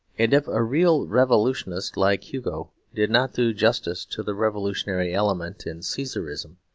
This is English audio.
and if a real revolutionist like hugo did not do justice to the revolutionary element in caesarism,